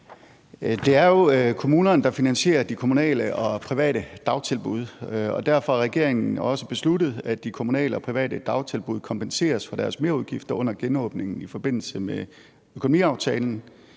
Det er jo kommunerne, der finansierer de kommunale og private dagtilbud, og derfor har regeringen også besluttet, at de kommunale og private dagtilbud kompenseres for deres merudgifter under genåbningen i forbindelse med økonomiaftalen.